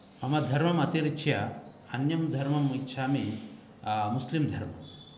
मम धर्मम् अतिरिच्य अन्यं धर्मम् इच्छामि मुस्लिमधर्मम्